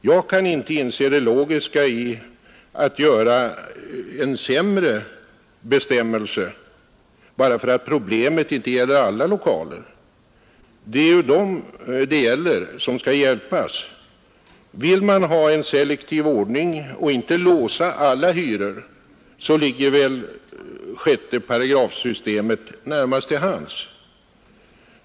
Jag kan inte inse det logiska i att införa en sämre bestämmelse bara därför att problemet inte gäller alla lokaler. Det är ju de som blir drabbade som skall hjälpas. Vill man ha en selektiv ordning och inte låsa alla hyror, så ligger väl systemet enligt 6 § närmast till hands.